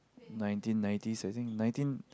nineteen nineties I think nineteen